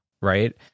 right